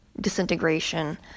disintegration